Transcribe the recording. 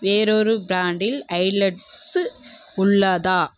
வேறொரு ப்ராண்டில் ஹைலட்ஸு உள்ளதா